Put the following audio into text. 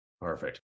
Perfect